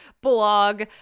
blog